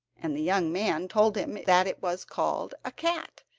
and the young man told him that it was called a cat,